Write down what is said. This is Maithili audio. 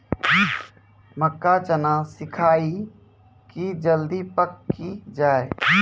मक्का चना सिखाइए कि जल्दी पक की जय?